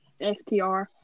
FTR